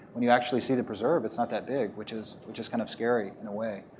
when you actually see the preserve, it's not that big. which is which is kind of scary in a way.